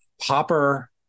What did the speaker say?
Popper